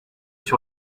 sur